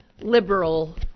liberal